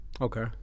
Okay